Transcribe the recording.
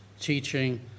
teaching